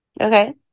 Okay